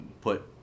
put